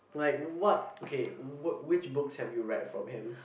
like what okay wh~ which books have you read from him